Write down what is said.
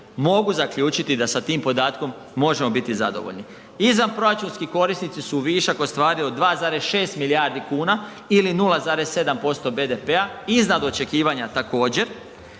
mogu zaključiti da sa tim podatkom možemo biti zadovoljni. Izvanproračunski korisnici su višak ostvario od 2,6 milijardi kuna ili 0,7% BDP-a, iznad očekivanja također.